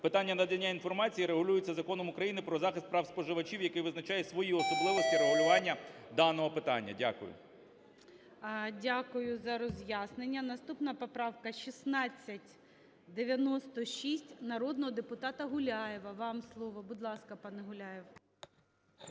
Питання надання інформації регулюється Законом України "Про захист прав споживачів", який визначає свої особливості регулювання даного питання. Дякую. ГОЛОВУЮЧИЙ. Дякую за роз'яснення. Наступна поправка 1696 народного депутата Гуляєва. Вам слово, будь ласка, пане Гуляєв.